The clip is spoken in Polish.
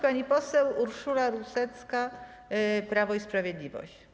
Pani poseł Urszula Rusecka, Prawo i Sprawiedliwość.